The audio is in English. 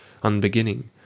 unbeginning